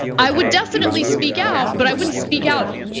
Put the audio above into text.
i would definitely speak out. but i wouldn't speak out,